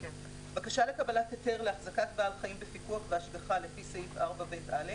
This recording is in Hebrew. (1)בקשה לקבלת היתר להחזקת בעל חיים בפיקוח והשגחה לפי סעיף 4ב(א)